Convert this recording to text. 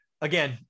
Again